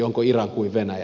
onko iran kuin venäjä